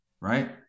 right